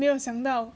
没有想到